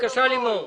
בבקשה לימור.